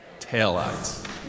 taillights